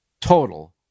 total